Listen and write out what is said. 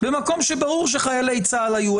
במקום שברור שחיילי צה"ל היו,